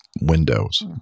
windows